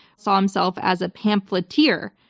saw himself as a pamphleteer.